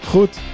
Goed